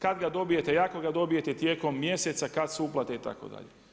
Kad ga dobijete i ako ga dobijete tijekom mjeseca kad su uplate itd.